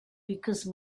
because